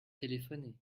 téléphoner